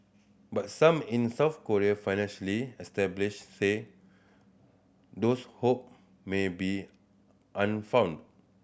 but some in South Korea financially establish say those hope may be unfound